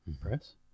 press